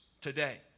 today